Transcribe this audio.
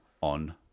on